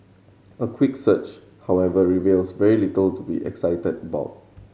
a quick search however reveals very little to be excited about